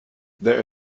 there